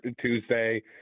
Tuesday